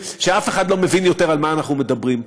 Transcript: שאף אחד לא מבין יותר על מה אנחנו מדברים פה.